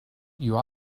you